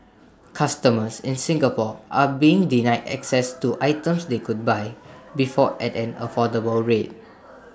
customers in Singapore are being denied access to items they could buy before at an affordable rate